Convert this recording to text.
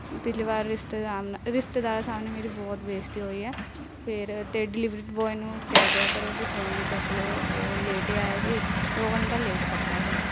ਪਿਛਲੀ ਵਾਰ ਰਿਸ਼ਤੇ ਰਿਸ਼ਤੇਦਾਰਾਂ ਸਾਹਮਣੇ ਮੇਰੀ ਬਹੁਤ ਬੇਇੱਜ਼ਤੀ ਹੋਈ ਹੈ ਫੇਰ ਅਤੇ ਡਿਲੀਵਰੀ ਬੋਏ ਨੂੰ ਕਹਿ ਦਿਆ ਕਰੋ ਕਿ ਫ਼ੋਨ ਵੀ ਚੱਕ ਲਵੇ ਉਹ ਲੇਟ ਆਇਆ ਜੀ ਦੋ ਘੰਟਾ ਲੇਟ ਕਰਤਾ ਜੀ